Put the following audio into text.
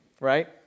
right